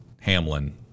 hamlin